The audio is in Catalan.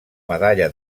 medalla